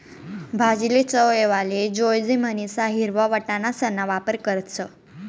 भाजीले चव येवाले जोयजे म्हणीसन हिरवा वटाणासणा वापर करतस